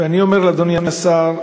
ואני אומר, אדוני השר,